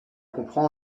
comprend